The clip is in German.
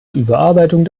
überarbeitung